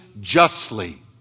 justly